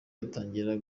atangira